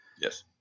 Yes